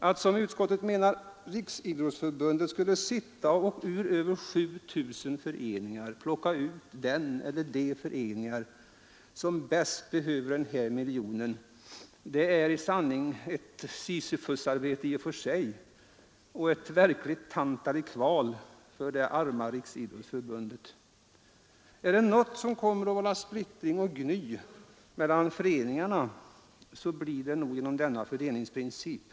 Att Riksidrottsförbundet, som utskottet menar, skulle sitta och bland över 7 000 föreningar plocka ut den eller de föreningar som bäst behöver den här miljonen är i sanning ett sisyfusarbete och skulle innebära formliga Tantali kval för det arma Riksidrottsförbundet. Om det är något som kommer att vålla splittring och gny mellan föreningarna, så är det denna fördelningsprincip.